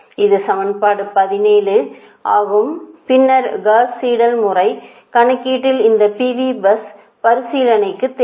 இது சமன்பாடு 17 ஆகும் பின்னர் காஸ் சீடெல் முறை கணக்கீட்டில் இந்த PV பஸ் பரிசீலனைக்கு தேவை